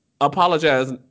Apologize